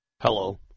Hello